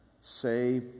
say